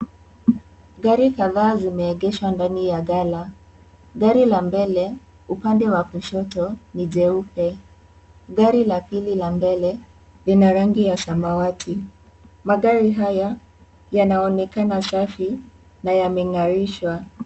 Gari kadhaa zimeegeshwa ndani ya gala. Gari la mbele upande wa kushoto ni jeupe. Gari la pili la mbele Lina rangi ya samawati. Magari haya yanaonekana safi na yameng'arishwa.